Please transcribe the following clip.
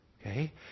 Okay